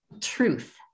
truth